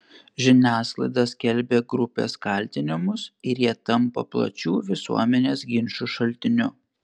žiniasklaida skelbia grupės kaltinimus ir jie tampa plačių visuomenės ginčų šaltiniu